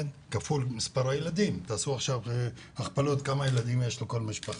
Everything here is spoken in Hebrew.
תכפילו את זה כמובן במספר הילדים שיש בכל משפחה,